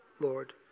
Lord